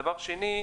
דבר שני,